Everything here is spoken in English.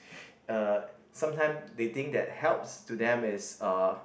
uh sometime they think that helps to them is uh